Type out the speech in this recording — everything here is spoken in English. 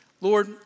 Lord